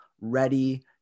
ready